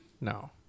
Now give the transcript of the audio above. No